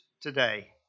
today